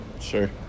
Sure